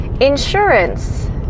insurance